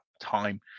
time